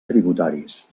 tributaris